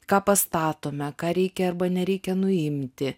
ką pastatome ką reikia arba nereikia nuimti